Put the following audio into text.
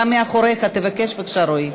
גם מאחוריך, תבקש בבקשה, רועי.